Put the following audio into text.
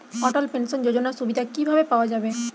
অটল pension যোজনার সুবিধা কি ভাবে পাওয়া যাবে?